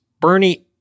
Bernie